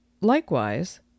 Likewise